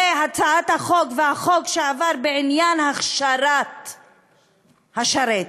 והצעת החוק והחוק שעבר בעניין הכשרת השַרץ,